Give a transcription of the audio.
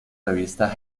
revista